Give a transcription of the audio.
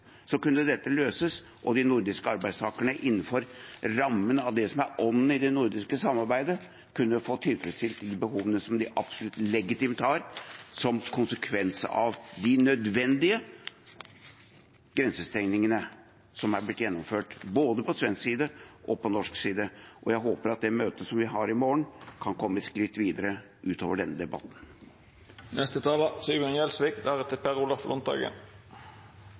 kunne dette løses, og de nordiske arbeidstakerne kunne, innenfor rammen av det som er ånden i det nordiske samarbeidet, fått tilfredsstilt de behovene som de absolutt legitimt har, som konsekvens av de nødvendige grensestengningene som er blitt gjennomført både på svensk side og på norsk side. Jeg håper at vi med det møtet som vi har i morgen, kan komme et skritt videre utover denne debatten.